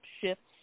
shifts